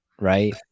right